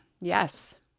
Yes